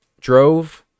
drove